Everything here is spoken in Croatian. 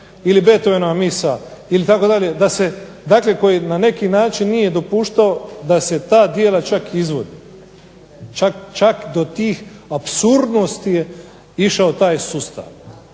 ili Beethovenova misa, ili tako dalje, da se, dakle koji na neki način nije dopuštao da se ta djela čak izvode, čak do tih apsurdnosti je išao taj sustav,